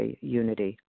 unity